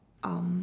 um